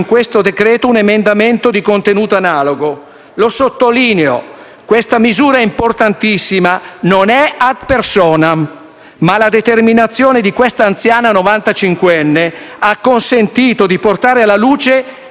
nostro esame un emendamento di contenuto analogo. Lo sottolineo: questa misura importantissima non è *ad personam*, ma la determinazione di questa anziana novantacinquenne ha consentito di portare alla luce